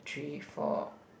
three four